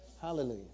Hallelujah